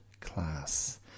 class